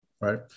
right